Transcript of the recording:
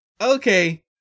okay